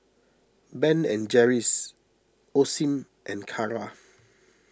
Ben and Jerry's Osim and Kara